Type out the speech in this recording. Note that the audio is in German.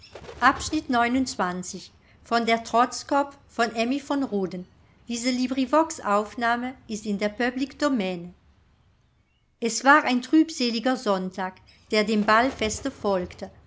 erblüht sind es war ein trübseliger sonntag der dem ballfeste folgte